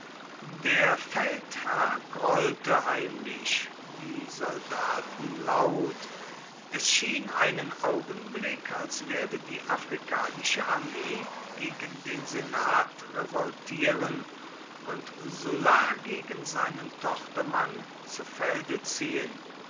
der feldherr grollte heimlich die soldaten laut es schien einen augenblick als werde die afrikanische armee gegen den senat revoltieren und sulla gegen seinen tochtermann zu felde ziehen